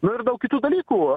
nu ir daug kitų dalykų